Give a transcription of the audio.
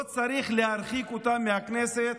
לא צריך להרחיק אותם מהכנסת?